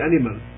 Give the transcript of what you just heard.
animal